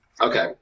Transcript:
okay